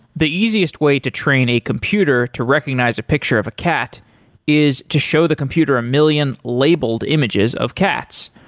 the easiest way to train a computer to recognize a picture of a cat is to show the computer a million labeled images of cats.